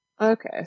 Okay